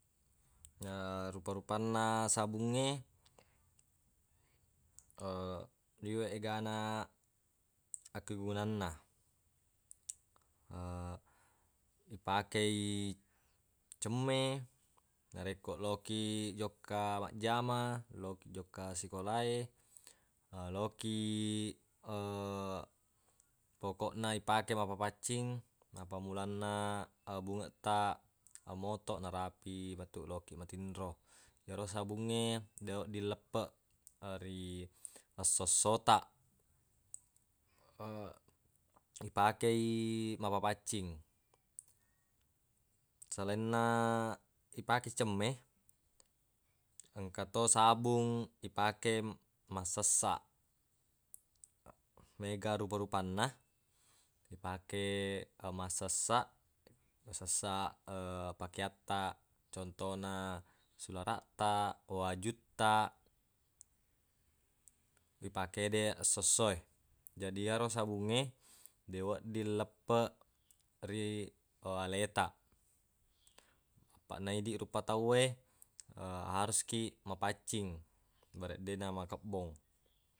Na rupa-rupanna sabungnge liweq egana akkegunanna ipakei cemme narekko lokiq jokka majjama lokiq jokka sikolae lokiq pokoq na ipakei mappapaccing napammulanna ebungeq taq motoq narapi metu lokiq matinro yero sabungnge deq wedding leppeq ri essosso taq ipakei mappapaccing selainna ipake cemme engka to sabung ipake massessaq mega rupa-rupanna ipake massessaq sessaq pakeattaq contona sularaq taq wajuttaq ripakede essosso e jadi yero sabungnge deq wedding leppeq ri aletaq apaq na idi rupa tauwe harus kiq mappaccing bareq deq namakebbong.